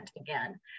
again